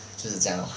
就是这样 lor